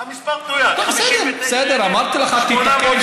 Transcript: המספר מדויק, 59,877. בסדר, אמרתי לך, תתקן.